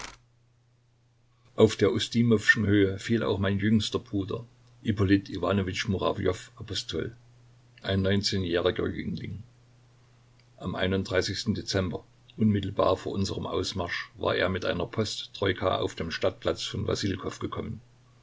auf der ustimowschen höhe fiel auch mein jüngster bruder ippolit iwanowitsch murawjow apostol ein neunzehnjähriges jüngling am dezember unmittelbar vor unserm ausmarsch war er mit einer posttroika auf den stadtplatz von